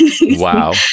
Wow